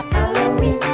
Halloween